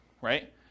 right